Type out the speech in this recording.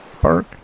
Park